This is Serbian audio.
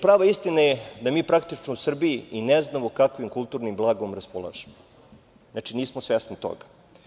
Prav istina je da mi praktično u Srbiji i ne znamo kakvim kulturnim blagom raspolažemo, znači nismo svesni toga.